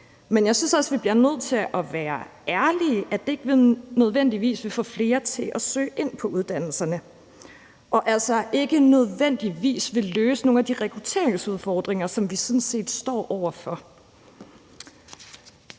Men jeg synes også, vi bliver nødt til at være ærlige og sige, at det ikke nødvendigvis vil få flere til at søge ind på uddannelserne, og at det altså ikke nødvendigvis vil løse nogle af de rekrutteringsudfordringer, som vi sådan set står over for.